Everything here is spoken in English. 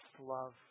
love